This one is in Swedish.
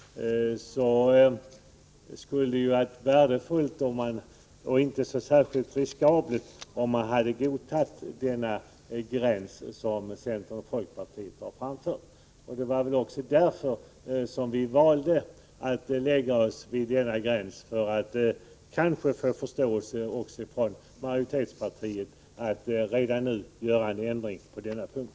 Det skulle då ha varit värdefullt och inte särskilt riskabelt, om han hade godtagit den gräns som centern och folkpartiet har föreslagit. Vi valde väl också att sätta gränsen vid 5 000 kr. i hopp om att få regeringspartiet med på att redan nu göra en ändring på denna punkt.